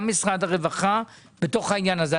גם משרד הרווחה בתוך העניין הזה.